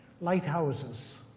lighthouses